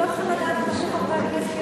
הם לא צריכים לדעת כמו חברי הכנסת,